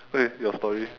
okay your story